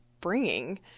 bringing